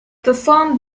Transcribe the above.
perform